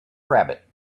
rabbit